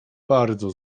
bardzo